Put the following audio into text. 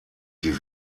die